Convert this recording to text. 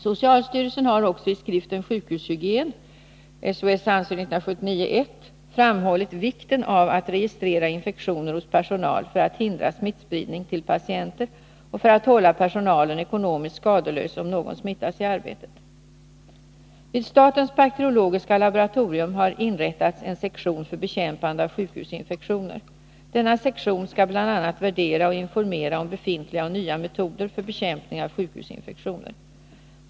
Socialstyrelsen har också i skriften Sjukhushygien framhållit vikten av att registrera infektioner hos personal för att hindra smittspridning till patienter och för att hålla personalen ekonomiskt skadelös, om någon smittas i arbetet. Vid statens bakteriologiska laboratorium har inrättats en sektion för bekämpande av sjukhusinfektioner. Denna sektion skall bl.a. värdera och informera om befintliga och nya metoder för bekämpning av sjukhusinfektioner.